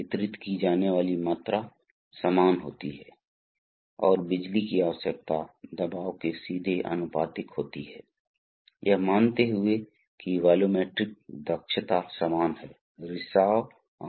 तो और वह वेग प्रवाह से आता है ठीक है इसलिए प्रवाह क्या है प्रवाह है प्रवाह दर क्या है क्योंकि आइए हम अगले आरेख को देखें तो यह चित्र स्पष्ट होगा